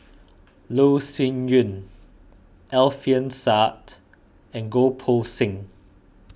Loh Sin Yun Alfian Sa'At and Goh Poh Seng